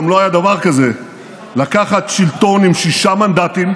גם לא היה דבר כזה לקחת שלטון עם שישה מנדטים,